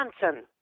Johnson